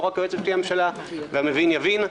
לא רק היועץ המשפט לממשלה והמבין יבין.